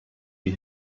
die